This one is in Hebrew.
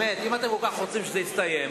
באמת אם אתם כל כך רוצים שזה יסתיים,